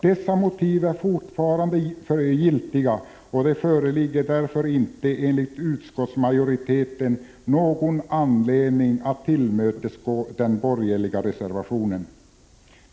Dessa motiv är fortfarande giltiga, och det föreligger därför enligt utskottsmajoritetens mening inte någon anledning att tillmötesgå den borgerliga reservationen.